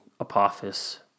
Apophis